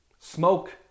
Smoke